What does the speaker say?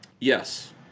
yes